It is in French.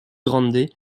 grande